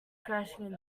crashing